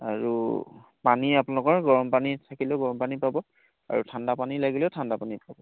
আৰু পানী আপোনালোকৰ গৰম পানী থাকিলেও গৰম পানী পাব আৰু ঠাণ্ডা পানী লাগিলেও ঠাণ্ডা পানী পাব